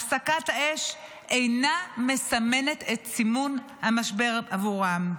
הפסקת האש אינה מסמנת את סיום המשבר עבורם,